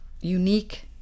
unique